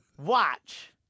Watch